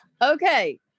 Okay